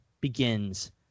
begins –